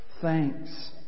thanks